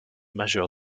majeure